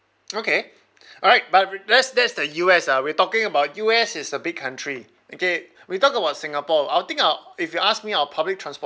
okay alright but let's that's the U_S ah we're talking about U_S is a big country okay we talk about singapore I'll think ah if you ask me our public transportation